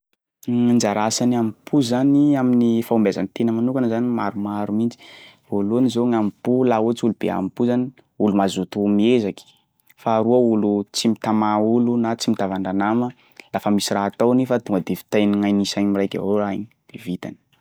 Gny anjara asan'ny hambom-po zany amin'ny fahombiazan'ny tena manokana zany maromaro mihitsy: voalohany zao gny hambom-po laha ohatry hoe olo be hambom-po zany olo mazoto miezaky faharoa olo tsy mitamà olo na tsy mitavandra nama lafa misy raha ataony fa tonga de vitainy gn'ainy samy raiky avao raha igny de vitany.